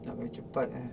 nak buat cepat